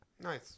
Nice